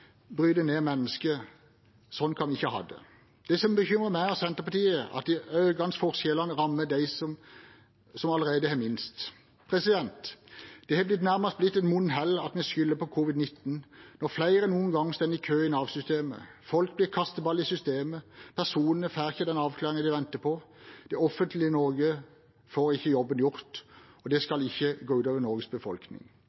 Sånn kan vi ikke ha det. Det som bekymrer meg og Senterpartiet, er at de økende forskjellene rammer dem som allerede har minst. Det har nærmest blitt et munnhell at vi skylder på covid-19 når flere enn noen gang står i kø i Nav-systemet, folk blir kasteballer i systemet, personer får ikke den avklaringen de venter på, og det offentlige Norge får ikke jobben gjort. Det skal ikke gå ut over Norges befolkning. Enkelte kaller det